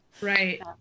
right